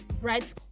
right